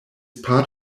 part